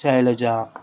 Shailaja